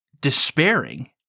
despairing